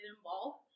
involved